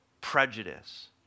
prejudice